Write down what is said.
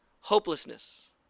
hopelessness